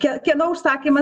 kie kieno užsakymas